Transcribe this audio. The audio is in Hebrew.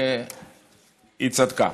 שהיא צדקה.